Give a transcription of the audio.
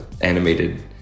animated